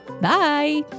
bye